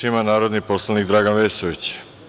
Reč ima narodni poslanik Dragan Vesović.